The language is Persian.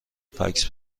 فکس